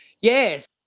Yes